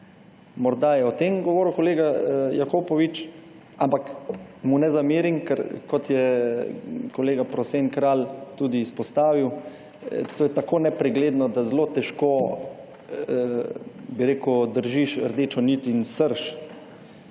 morda je o tem govoril kolega Jakopovič, ampak, mu ne zamerim, ker, kot je kolega Prosen Kralj tudi izpostavil, to je tako nepregledno, da zelo težko, bi rekel, držiš rdečo nit in srž.